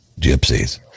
gypsies